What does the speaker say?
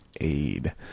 Aid